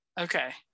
Okay